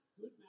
Good